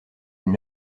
une